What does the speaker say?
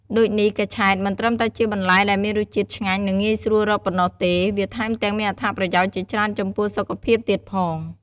ដូចនេះ កញ្ឆែត មិនត្រឹមតែជាបន្លែដែលមានរសជាតិឆ្ងាញ់ និងងាយស្រួលរកប៉ុណ្ណោះទេ វាថែមទាំងមានអត្ថប្រយោជន៍ជាច្រើនចំពោះសុខភាពទៀតផង។